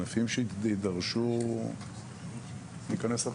ענפים שידרשו להיכנס...